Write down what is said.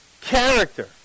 Character